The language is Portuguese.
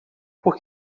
por